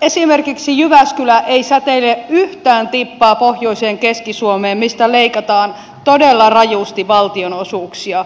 esimerkiksi jyväskylä ei säteile yhtään tippaa pohjoiseen keski suomeen mistä leikataan todella rajusti valtionosuuksia